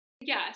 yes